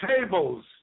tables